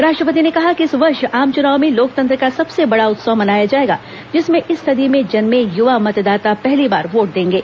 राष्ट्रपति ने कहा कि इस वर्ष आम चुनाव में लोकतंत्र का सबसे बड़ा उत्सव मनाया जाएगा जिसमें इस सदी में जन्मे युवा मतदाता पहली बार वोट देंगे